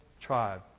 tribe